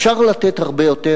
אפשר לתת הרבה יותר,